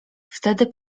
wtedy